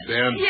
Ben